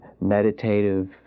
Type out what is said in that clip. meditative